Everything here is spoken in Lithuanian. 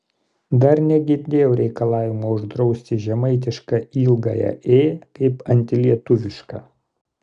dar negirdėjau reikalavimo uždrausti žemaitišką ilgąją ė kaip antilietuvišką